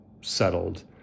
settled